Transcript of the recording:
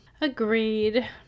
agreed